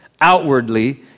Outwardly